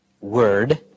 word